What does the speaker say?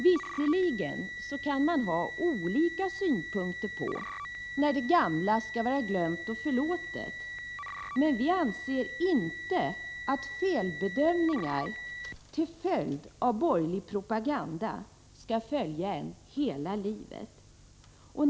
Visserligen kan man ha olika synpunkter på när det gamla skall vara glömt och förlåtet, men vi anser inte att felbedömningar till följd av borgerlig propaganda skall följa människor hela livet.